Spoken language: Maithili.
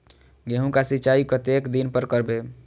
गेहूं का सीचाई कतेक दिन पर करबे?